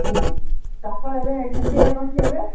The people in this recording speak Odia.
ହୁଁ କାଠ ଏବେ କେମତି ରେଟ୍ ଅଛି ଏବେ